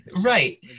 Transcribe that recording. Right